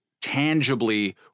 tangibly